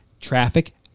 traffic